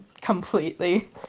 completely